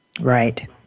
Right